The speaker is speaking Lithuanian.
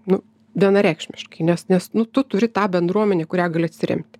nu vienareikšmiškai nes nes nu tu turi tą bendruomenę į kurią gali atsiremti